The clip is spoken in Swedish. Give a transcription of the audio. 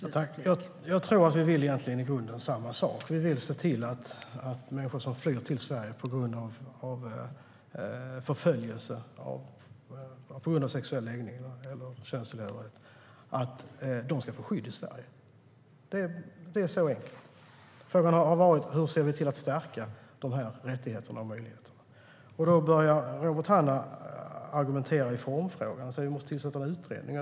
Fru talman! Jag tror att vi i grunden vill samma sak. Vi vill se till att människor som flyr till Sverige på grund av förföljelse på grund av sexuell läggning eller könstillhörighet ska få skydd i Sverige. Så enkelt är det. Frågan är hur vi ser till att stärka dessa rättigheter och möjligheter. Då börjar Robert Hannah att argumentera i formfrågan och säger att vi måste tillsätta en utredning.